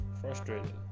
frustrated